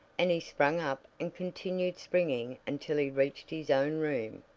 and he sprang up and continued springing until he reached his own room,